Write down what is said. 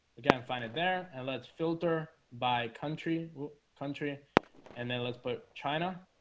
again, find it there and let's filter by country country and then let's put china